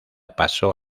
paso